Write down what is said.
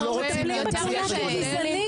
אנחנו לא רוצים להנציח את הגזענות.